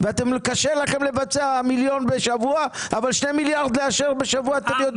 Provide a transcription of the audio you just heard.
וקשה לכם לבצע מיליון בשבוע אבל 2 מיליארד לאשר בשבוע אתם יודעים.